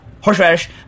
horseradish